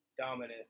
dominant